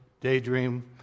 daydream